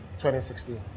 2016